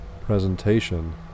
presentation